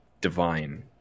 divine